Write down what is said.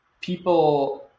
people